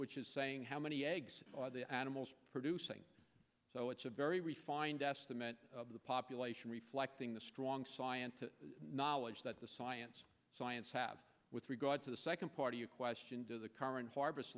which is saying how many eggs the animals are producing so it's a very refined estimate of the population reflecting the strong scientific knowledge that the science science have with regard to the second part of the question does the current har